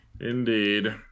Indeed